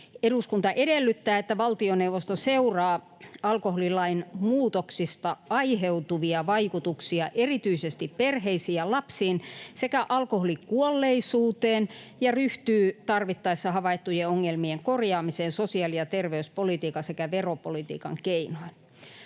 ”eduskunta edellyttää, että valtioneuvosto seuraa alkoholilain muutoksista aiheutuvia vaikutuksia erityisesti perheisiin ja lapsiin sekä alkoholikuolleisuuteen ja ryhtyy tarvittaessa havaittujen ongelmien korjaamiseen sosiaali- ja terveyspolitiikan sekä veropolitiikan keinoin”.